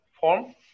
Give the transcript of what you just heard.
form